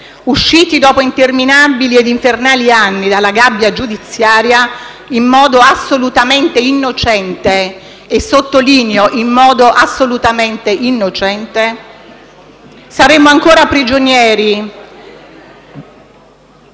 usciti dopo interminabili e infernali anni dalla gabbia giudiziaria in modo assolutamente innocente (e sottolineo, in modo assolutamente innocente), saremmo ancora prigionieri